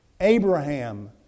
Abraham